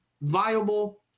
viable